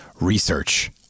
Research